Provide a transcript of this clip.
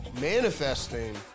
manifesting